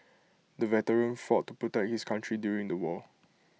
the veteran fought to protect his country during the war